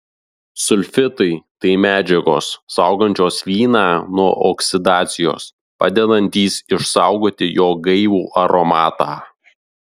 sulfitai tai medžiagos saugančios vyną nuo oksidacijos padedantys išsaugoti jo gaivų aromatą